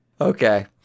Okay